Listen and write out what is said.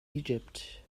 egypt